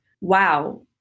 wow